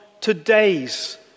today's